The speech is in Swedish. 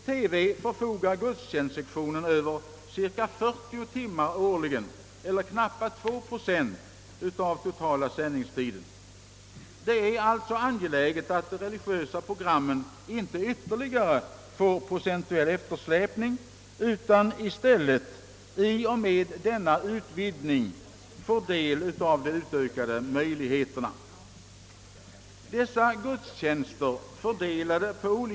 I TV förfogar gudstjänstsektionen över cirka 40 timmar årligen eller knappt 2 procent av den totala sändningstiden. Det är angeläget att de religiösa programmen inte får ytterligare procentuell eftersläpning utan i stället i och med denna utvidgning får del av de utökade möjligheterna.